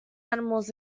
animals